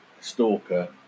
stalker